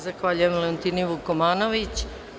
Zahvaljujem Leontini Vukomanović.